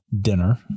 dinner